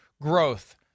growth